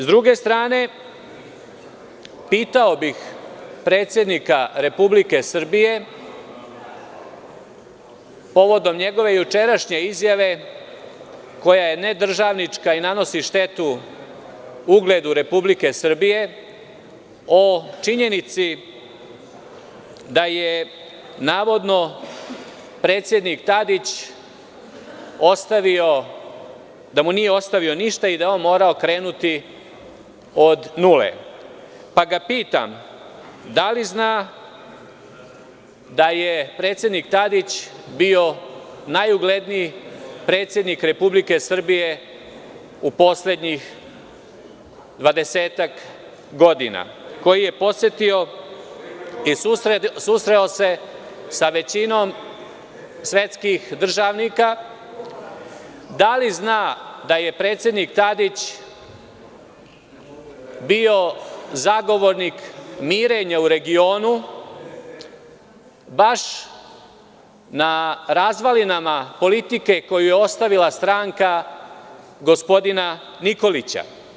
S druge strane, pitao bih predsednika Republike Srbije povodom njegove jučerašnje izjave koja je nedržavnička i nanosi štetu ugledu Republike Srbije o činjenici da mu navodno predsednik Tadić nije ostavio ništa i da je on morao krenuti od nule, pa ga pitam da li zna da je predsednik Tadić bio najugledniji predsednik Republike Srbije u poslednjih dvadesetak godina koji je posetio i susreo se sa većinom svetskih državnika, da li zna da je predsednik Tadić bio zagovornik mirenja u regionu baš na razvalinama politike koju je ostavila stranka gospodina Nikolića?